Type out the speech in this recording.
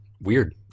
weird